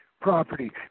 property